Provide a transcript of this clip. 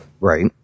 right